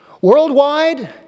Worldwide